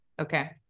okay